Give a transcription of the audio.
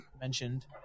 mentioned